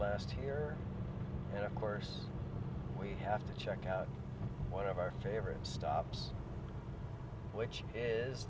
last year and of course we have to check out what of our favorite stops which is